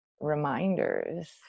reminders